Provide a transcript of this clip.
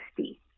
60